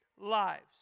lives